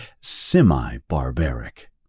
semi-barbaric